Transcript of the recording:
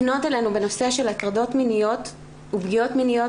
לפנות אלינו בנושא של הטרדות מיניות ופגיעות מיניות